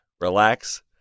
relax